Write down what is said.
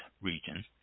region